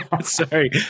Sorry